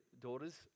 daughters